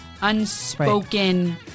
unspoken